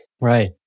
Right